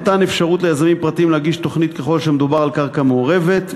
מתן אפשרות לאזרחים פרטיים להגיש תוכנית ככל שמדובר על קרקע מעורבת,